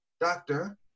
doctor